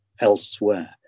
elsewhere